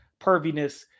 perviness